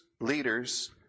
leaders